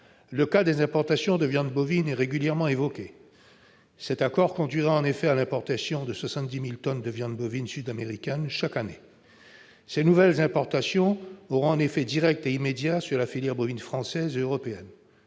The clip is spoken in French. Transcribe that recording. Le cas des importations de viande bovine est régulièrement évoqué. Cet accord entraînerait l'importation de 70 000 tonnes de viande bovine sud-américaine chaque année. Ces nouvelles importations auront un effet direct et immédiat sur la filière bovine française et européenne.